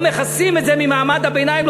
או מכסים את זה ממעמד הביניים,